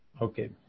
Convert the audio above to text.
Okay